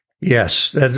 Yes